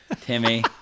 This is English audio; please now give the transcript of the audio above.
Timmy